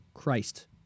Christ